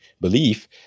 belief